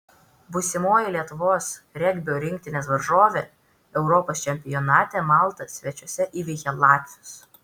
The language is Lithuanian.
būsimoji lietuvos regbio rinktinės varžovė europos čempionate malta svečiuose įveikė latvius